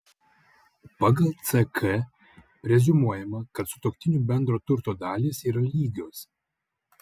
pagal ck preziumuojama kad sutuoktinių bendro turto dalys yra lygios